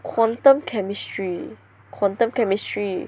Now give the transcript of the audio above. quantum chemistry quantum chemistry